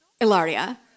Ilaria